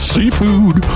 Seafood